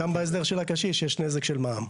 גם בהסדר של הקשיש יש נזק של מע"מ.